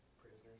Prisoners